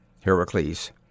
HERACLES